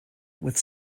with